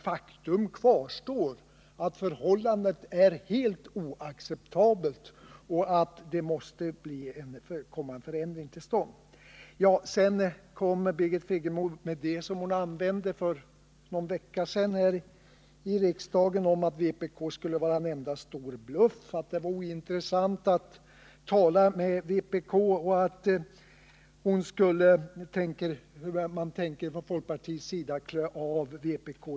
Faktum kvarstår: förhållandet är helt oacceptabelt och en förändring måste komma till stånd. Sedan kom Birgit Friggebo med det som hon använde för någon vecka sedan här i riksdagen om att vpk skulle vara en enda bluff, att det var ointressant att tala med vpk och att man tänker från folkpartiets sida klä av vpk.